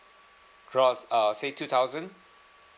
gross uh say two thousand